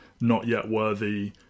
not-yet-worthy